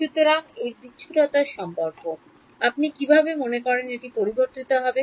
সুতরাং এই বিচ্ছুরতার সম্পর্ক আপনি কীভাবে মনে করেন এটি পরিবর্তিত হবে